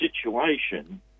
situation